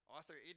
Author